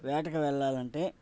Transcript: వేటకి వెళ్ళాలంటే